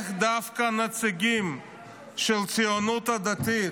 איך דווקא נציגים של הציונות הדתית,